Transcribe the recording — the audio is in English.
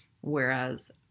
Whereas